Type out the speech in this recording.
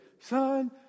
son